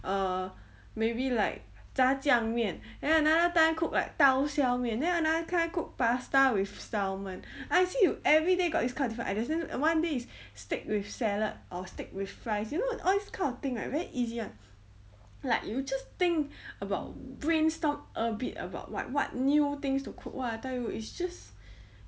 err maybe like 炸酱面 then another time cook like 刀削面 then another time cook pasta with salmon ah see you everyday got this kind different ideas then one day is steak with salad or steak with fries you know all these kind of thing like very easy [one] like you just think about brain storm a bit about what what new things to cook !wah! I tell you it's just